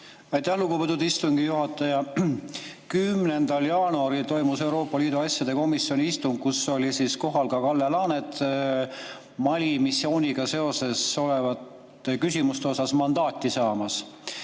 Aitäh, lugupeetud istungi juhataja! 10. jaanuaril toimus Euroopa Liidu asjade komisjoni istung, kus oli kohal ka Kalle Laanet Mali missiooniga seotud küsimuste asjus mandaati saamas.